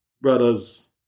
brothers